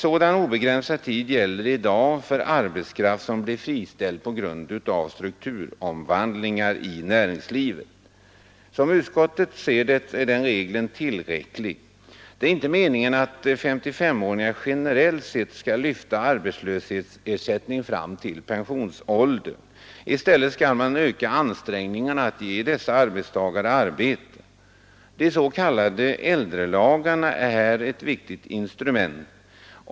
Sådan obegränsad tid gäller i dag för arbetskraft som blir friställd på grund av strukturomvandlingar i näringslivet. Som utskottet ser det är den regeln tillräcklig. Det är inte meningen att SS-åringar generellt sett skall lyfta arbetslöshetsersättning fram till pensionsåldern. I stället skall man öka ansträngningarna för att ge sådana arbetstagare arbete. De s.k. äldrelagarna är ett viktigt instrument.